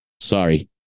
Sorry